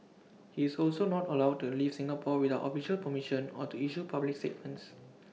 he is also not allowed to leave Singapore without official permission or to issue public statements